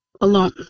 alone